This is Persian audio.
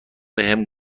بهم